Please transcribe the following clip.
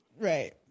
Right